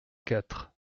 quatre